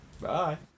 Bye